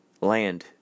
land